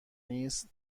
نیست